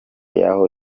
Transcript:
yaho